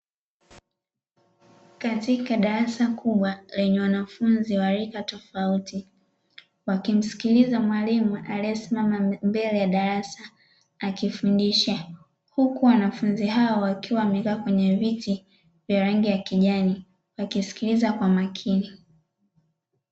Katika darasa kubwa lenye wanafunzi wa rika tofauti wakimsikiliza mwalimu aliyesimama mbele ya darasa akifundisha huku wanafunzi hao wakiwa wamekaa kwenye viti vya rangi ya kijani wakisikiliza kwa makini.